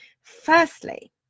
Firstly